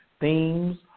Themes